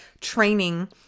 training